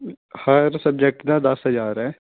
ਹਰ subject ਦਾ ਦਸ ਹਜ਼ਾਰ ਹੈ